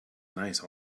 nice